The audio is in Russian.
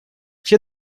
все